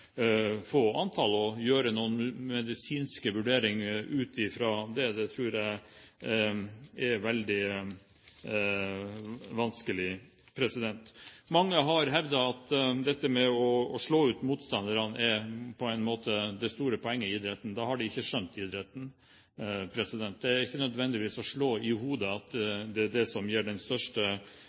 antall – og å gjøre noen medisinske vurderinger ut fra det tror jeg er veldig vanskelig. Mange har hevdet at det å slå ut motstanderne er det store poenget i idretten. Da har de ikke skjønt idretten. Det er ikke nødvendigvis det å slå i hodet som gir den største uttellingen. Kroppsslag er også et veldig godt virkemiddel, og det